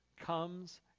comes